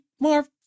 Marv